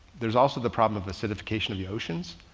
there's also the problem of acidification of the oceans.